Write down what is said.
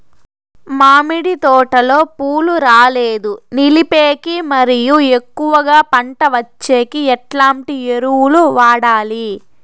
మామిడి తోటలో పూలు రాలేదు నిలిపేకి మరియు ఎక్కువగా పంట వచ్చేకి ఎట్లాంటి ఎరువులు వాడాలి?